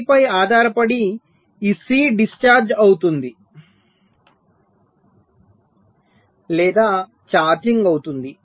దానిపై ఆధారపడి ఈ సి డిశ్చార్జ్ అవుతుంది లేదా ఛార్జింగ్ అవుతుంది